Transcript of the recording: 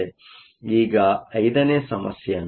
ಈಗ 5 ನೇ ಸಮಸ್ಯೆಯನ್ನು ನೋಡೋಣ